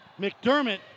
McDermott